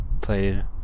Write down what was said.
played